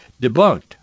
debunked